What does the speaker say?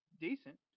decent